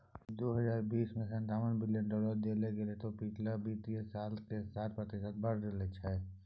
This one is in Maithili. दुइ हजार बीस में सनतावन बिलियन डॉलर देल गेले जे पिछलका वित्तीय साल से सात प्रतिशत बढ़ल छै